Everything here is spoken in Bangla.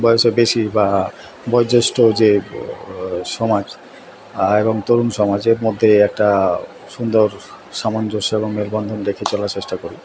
বয়সে বেশি বা বয়োজ্যেষ্ঠ যে সমাজ এবং তরুণ সমাজের মধ্যে একটা সুন্দর সামঞ্জস্য এবং মেলবন্ধন রেখে চলার চেষ্টা করি